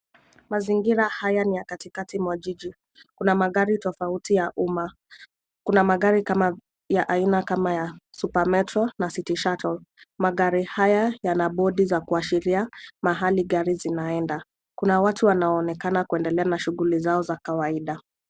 Mazingira haya ni ya katikati mwa jiji. Kuna magari tofauti ya umma. Kuna magari kama ,ya aina kama ya Supermetro (cs)na (cs) City Shuttle . Magari haya yana bodi za kuashiria mahali gari zinaenda. Kuna watu wanaonekana kuendelea na shughuli zao za kawaida.